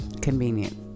convenient